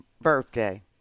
birthday